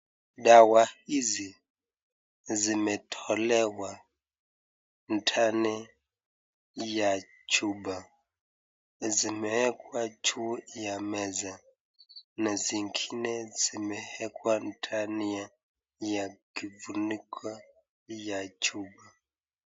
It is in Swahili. Dawa hizi zimetolewa ndani ya chupa na zimewekwa juu ya meza na zingine zimewekwa ndani ya kifuniko ya chupa.